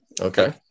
okay